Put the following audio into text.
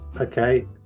Okay